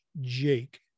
Jake